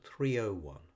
3.01